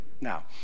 Now